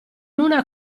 una